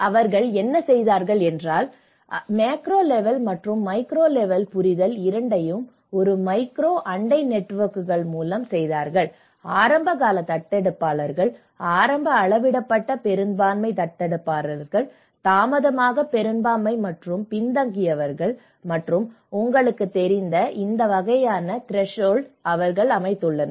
அவர்கள் என்ன செய்தார்கள் என்றால் அவர்கள் மைக்ரோ லெவல் மற்றும் மேக்ரோ லெவல் புரிதல் இரண்டையும் ஒரு மைக்ரோ அண்டை நெட்வொர்க்குகள் மூலம் செய்தார்கள் ஆரம்பகால தத்தெடுப்பாளர்கள் ஆரம்ப அளவிடப்பட்ட பெரும்பான்மை தத்தெடுப்பாளர்கள் தாமதமாக பெரும்பான்மை மற்றும் பின்தங்கியவர்கள் மற்றும் உங்களுக்குத் தெரிந்த இந்த வகையான த்ரெஷோள்ட் அவர்கள் அமைத்துள்ளனர்